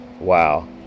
wow